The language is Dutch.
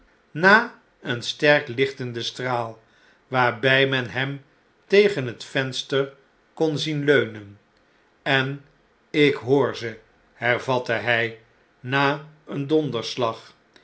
na een sterk lichtenden straal waarbij men hem tegen het venster kon zien leunen en ik hoor ze hervatte hij naeendonderslag hier